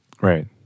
Right